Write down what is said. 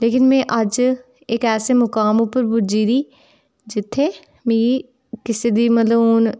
लेकिन में अज्ज इक ऐसे मुकाम उप्पर पुज्जी दी जित्थै मिकी किसै दी बी मतलब हून